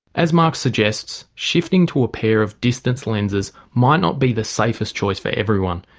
as mark suggests, shifting to a pair of distance lenses might not be the safest choice for everyone,